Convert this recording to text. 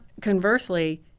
Conversely